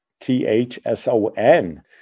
T-H-S-O-N